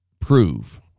prove